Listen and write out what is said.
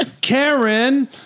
Karen